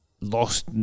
lost